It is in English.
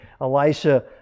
Elisha